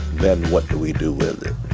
then what do we do with it?